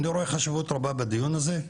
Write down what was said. אני רואה חשיבות רבה בדיון הזה,